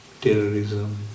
terrorism